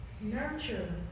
Nurture